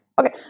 okay